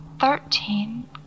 Thirteen